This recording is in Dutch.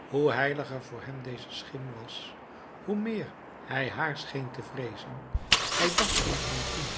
hoe heiliger voor hem deze schim was hoe meer hij haar scheen te vreezen hij dacht aan fantine